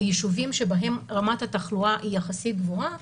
יישובים שבהם רמת התחלואה יחסית גבוהה,